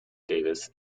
davis